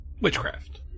Witchcraft